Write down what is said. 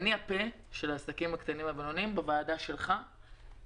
אני הפה של העסקים הקטנים והבינוניים בוועדה שלך.